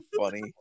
funny